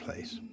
place